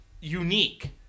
unique